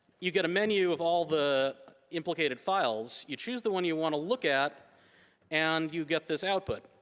you get a menu of all the implicated files. you choose the one you want to look at and you get this output.